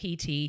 PT